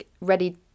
ready